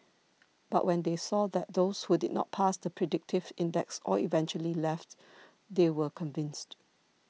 but when they saw that those who did not pass the predictive index all eventually left they were convinced